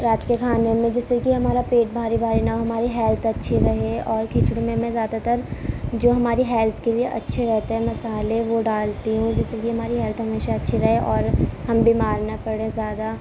رات کے کھانے میں جیسے کہ ہمارا پیٹ بھاری بھاری نہ ہو ہماری ہیلتھ اچھی رہے اور کھچڑی میں میں زیادہ تر جو ہماری ہیلتھ کے لیے اچھے رہتے ہیں مسالے وہ ڈالتی ہوں جس سے کہ ہماری ہیلتھ ہمیشہ اچھی رہے اور ہم بیمار نہ پڑیں زیادہ